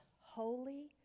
holy